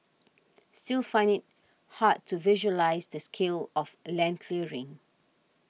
still find it hard to visualise the scale of a land clearing